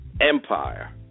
Empire